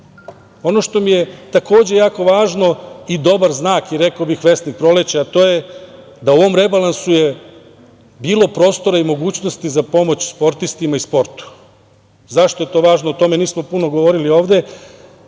što mi je takođe jako važno i dobar znak i vesnik proleća, to je da je u ovom rebalansu bilo prostora i mogućnosti za pomoć sportistima i sportu. Zašto je to važno?O tome nismo puno govorili ovde,